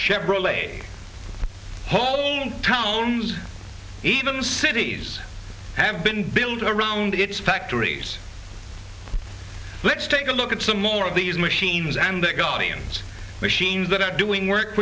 chevrolet hometown's even cities have been built around its factories let's take a look at some more of these machines and the guardians machines that are doing work